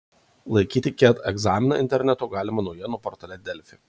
laikyti ket egzaminą internetu galima naujienų portale delfi